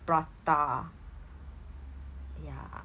prata ya